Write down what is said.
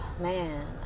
man